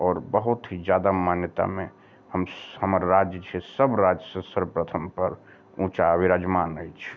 आओर बहुत ही जादा मान्यतामे हमर राज्य जे छै सब राज से सर्वप्रथम पर उँचा विरजमान अछि